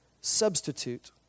substitute